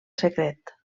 secret